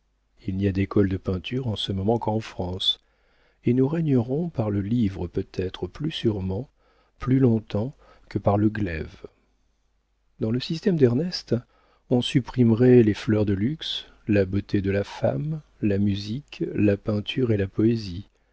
il n'y a d'école de peinture en ce moment qu'en france et nous régnerons par le livre peut-être plus sûrement plus longtemps que par le glaive dans le système d'ernest on supprimerait les fleurs de luxe la beauté de la femme la musique la peinture et la poésie